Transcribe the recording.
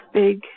big